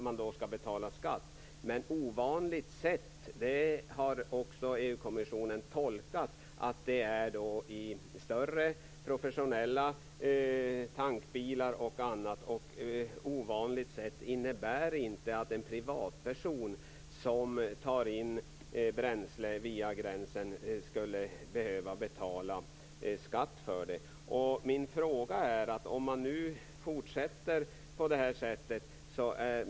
Men "ovanligt sätt" har EU-kommissionen tolkat som att det skall gälla större professionella tankbilar och annat och inte att en privatperson som tar in bränsle via gränsen skulle behöva betala skatt på det. Min fråga är: Hur gör man då med den norska dieseln?